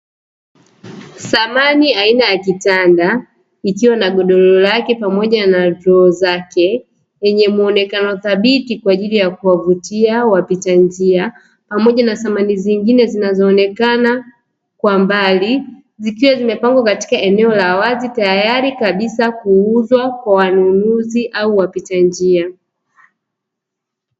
Samani aina ya kitanda ikiwa na godoro lake pamoja na droo zake lenye muonekano thabiti kwa ajili ya kuwavutia wapita njia. Pamoja na samani nyingine zinazo onekana kwa mbali zikiwa zimepangwa katika eneo la wazi tayari kabisa kuuzwa kwa wanunuzi au wapita njia.